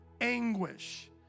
anguish